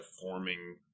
forming